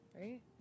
right